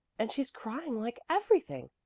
and she's crying like everything.